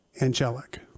angelic